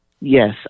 Yes